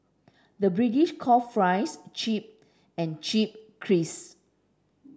the British call fries chip and chip crisp